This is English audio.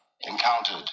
encountered